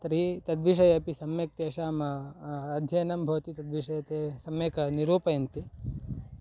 तर्हि तद्विषये अपि सम्यक् तेषाम् अध्ययनं भवति तद्विषये ते सम्यक् निरूपयन्ति